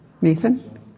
Nathan